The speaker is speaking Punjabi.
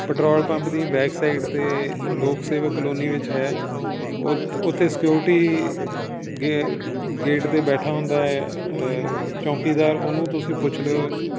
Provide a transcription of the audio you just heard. ਪੰਪ ਦੀ ਬੈਕ ਸਾਈਡ 'ਤੇ ਲੋਕ ਸੇਵਕ ਕਲੋਨੀ ਵਿੱਚ ਹੈ ਉਥ ਉੱਥੇ ਸਕਿਉਰਟੀ ਗੇ ਗੇਟ 'ਤੇ ਬੈਠਾ ਹੁੰਦਾ ਚੌਂਕੀਦਾਰ ਉਹਨੂੰ ਤੁਸੀਂ ਪੁੱਛ ਲਿਓ